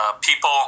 People